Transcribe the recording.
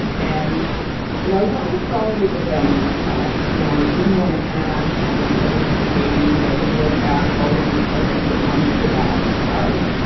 and when i was on the phone with the feminist press, you know, i didn't want to ask how much i would be paid. i didn't want to ask all of these questions that one should ask because,